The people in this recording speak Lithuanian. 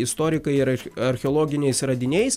istorikai ir archeologiniais radiniais